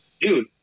dude